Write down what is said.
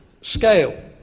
scale